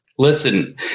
Listen